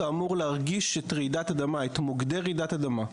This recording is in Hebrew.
אמור להרגיש את מוקדי רעידת האדמה.